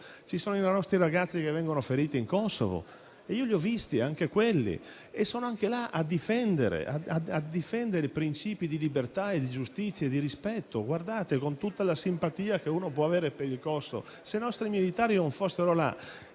ci sono i nostri ragazzi che vengono feriti in Kosovo - ho visto anche loro - che sono lì a difendere i principi di libertà, di giustizia e di rispetto. Con tutta la simpatia che si può avere per il Kosovo, se i nostri militari non fossero lì,